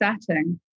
setting